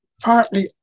partly